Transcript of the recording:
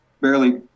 barely